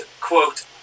quote